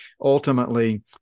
ultimately